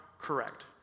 correct